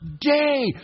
day